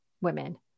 women